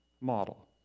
model